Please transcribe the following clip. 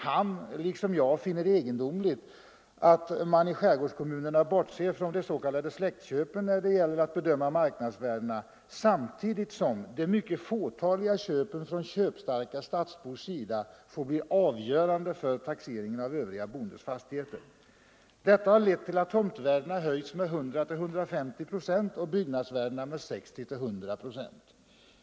Han - liksom jag — finner det egendomligt att man i skärgårdskommunerna bortser från de s.k. släktköpen när det gäller att bedöma mark nadsvärdena samtidigt som de mycket fåtaliga köpen från köpstarka stadsbors sida får bli avgörande för taxeringen av övriga boendes fastigheter. Detta har lett till att tomtvärdena höjts med 100-150 procent och byggnadsvärdena med 60-100 procent.